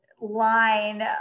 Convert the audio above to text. line